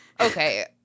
okay